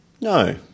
no